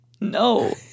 no